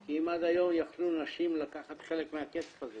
כי אם עד היום יכלו נשים לקחת חלק מהכסף הזה